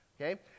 Okay